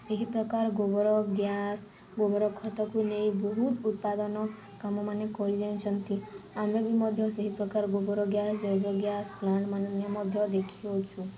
ଏହି ପ୍ରକାର ଗୋବର ଗ୍ୟାସ୍ ଗୋବର ଖତକୁ ନେଇ ବହୁତ ଉତ୍ପାଦନ କାମମାନେ କରିଯାଇଛନ୍ତି ଆମେ ବି ମଧ୍ୟ ସେହି ପ୍ରକାର ଗୋବର ଗ୍ୟାସ୍ ଜୈବ ଗ୍ୟାସ୍ ପ୍ଳାଣ୍ଟମାନେ ମଧ୍ୟ ଦେଖିଅଛୁ